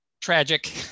tragic